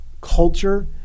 culture